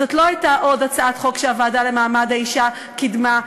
זאת לא הייתה עוד הצעת חוק שהוועדה למעמד האישה קידמה,